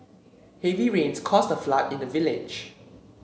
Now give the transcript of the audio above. heavy rains caused a flood in the village